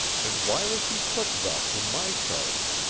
and why was he put thus in my charge?